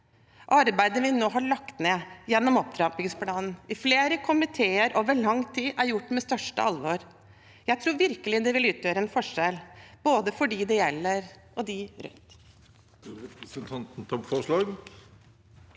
Arbeidet vi nå har lagt ned i opptrappingsplanen i flere komiteer over lang tid, er gjort med største alvor. Jeg tror virkelig det vil utgjøre en forskjell for både dem det gjelder og dem rundt.